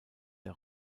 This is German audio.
der